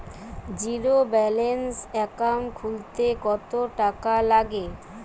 Zero balance account খুলতে কত টাকা লাগে?